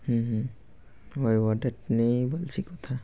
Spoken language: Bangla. হুম হুম ওই অর্ডার নেই বলছি কোথা